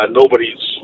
nobody's